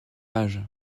âge